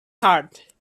heart